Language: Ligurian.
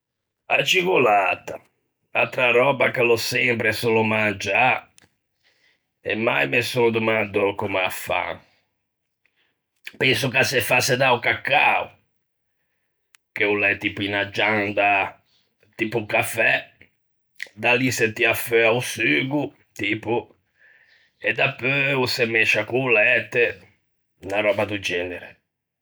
A cicolata, atra röba che l'ò sempre e solo mangiâ e mai me son domandou comme â fan, penso che a se fasse da-o cacao, che o l'é tipo unna gianda tipo o cafè, da lì se tia feua un sugo, tipo, e dapeu o se mesccia co-o læte, unna röba do genere.